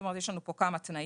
זאת אומרת יש לנו פה כמה תנאים,